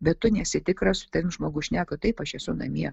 bet tu nesi tikras su tavim žmogus šneka taip aš esu namie